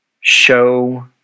show